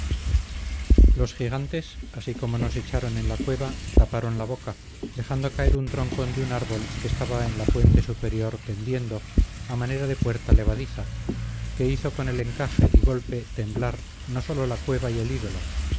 los gigantes así como nos echaron en la cueva taparon la boca dejando caer un troncón de un árbol que estaba en la puente superior pendiendo a manera de puerta levadiza que hizo con el encaje y golpe temblar no solo la cueva y el ídolo